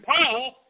Paul